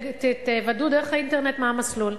תוודאו דרך האינטרנט מה המסלול.